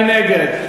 מי נגד?